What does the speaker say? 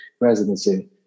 residency